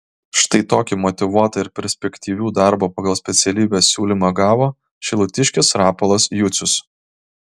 štai tokį motyvuotą ir perspektyvių darbo pagal specialybę siūlymą gavo šilutiškis rapolas jucius